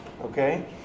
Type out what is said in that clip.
Okay